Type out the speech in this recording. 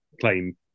claim